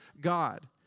God